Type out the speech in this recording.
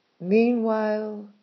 Meanwhile